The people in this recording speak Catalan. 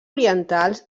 orientals